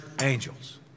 angels